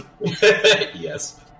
Yes